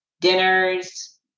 dinners